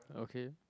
okay